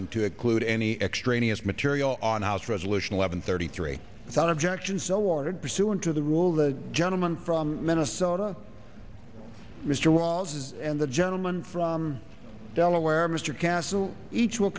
and to include any extraneous material on house resolution eleven thirty three thought objection so ordered pursuant to the rule the gentleman from minnesota mr walz is and the gentleman from delaware mr castle each will